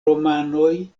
romanoj